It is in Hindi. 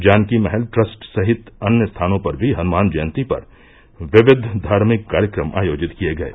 जानकी महल ट्रस्ट सहित अन्य स्थानों पर भी हनुमान जयंती पर विविध धार्मिक कार्यक्रम आयोजित किये गये